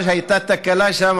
הייתה תקלה שם,